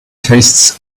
tastes